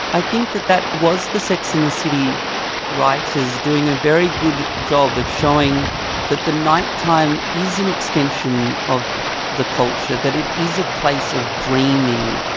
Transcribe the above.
i think that that was the sex and the city writers doing a very good job of showing that the night-time is an extension of the culture, that it is a place of dreaming,